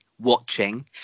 watching